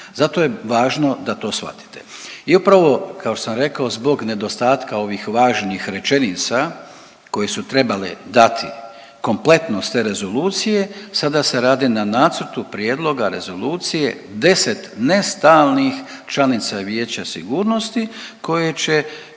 zato je važno da to svatite. I upravo kao što sam rekao zbog nedostatka ovih važnih rečenica koje su trebale dati kompletnost te rezolucije sada se radi na nacrtu prijedloga rezolucije 10 ne stalnih članica Vijeća sigurnosti koja će